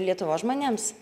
lietuvos žmonėms